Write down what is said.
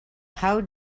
how